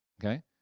okay